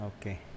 okay